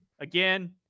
again